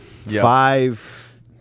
Five